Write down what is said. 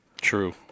True